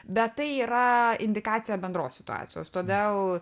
bet tai yra indikacija bendros situacijos todėl